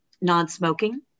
non-smoking